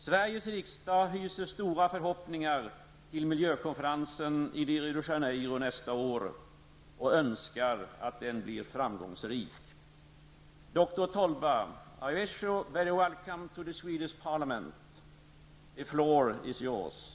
Sveriges riksdag knyter stora förhoppningar till miljökonferensen i Rio de Janeiro nästa år och önskar att den blir framgångsrik. Dr. Tolba! I extend a hearty welcome to you from the Swedish Parliament. The floor is yours!